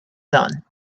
son